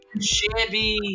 shabby